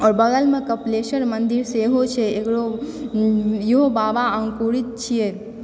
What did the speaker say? आओर बगलमे कपिलेश्वर मन्दिर सेहो छै एकरो इहो बाबा अङ्कुरित छियै